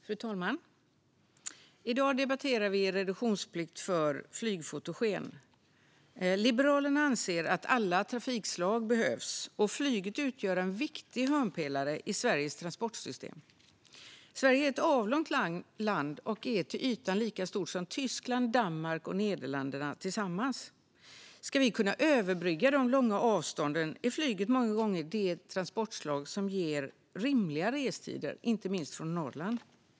Fru talman! I dag debatterar vi reduktionsplikt för flygfotogen. Liberalerna anser att alla trafikslag behövs, och flyget utgör en viktig hörnpelare i Sveriges transportsystem. Sverige är ett avlångt land och är till ytan lika stort som Tyskland, Danmark och Nederländerna tillsammans. Ska vi kunna överbrygga de långa avstånden är flyget många gånger det transportslag som ger rimliga restider, inte minst från Norrland.